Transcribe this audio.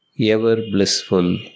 ever-blissful